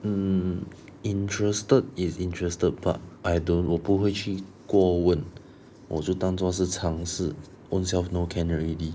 mmhmm interested is interested but I don't 我不会去过问我就当作是尝试 own self know can already